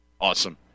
awesome